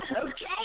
Okay